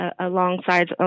alongside